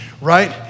right